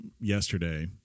yesterday